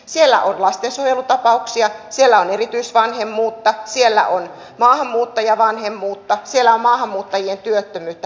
siellä on lastensuojelutapauksia siellä on erityisvanhemmuutta siellä on maahanmuuttajavanhemmuutta siellä on maahanmuuttajien työttömyyttä